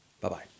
Bye-bye